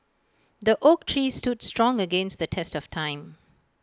the oak tree stood strong against the test of time